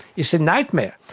it's a nightmare.